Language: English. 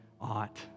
ought